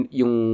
yung